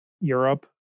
Europe